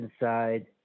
inside